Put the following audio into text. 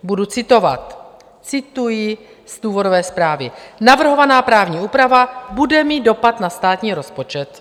Budu citovat cituji z důvodové zprávy: Navrhovaná právní úprava bude mít dopad na státní rozpočet.